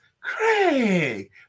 Craig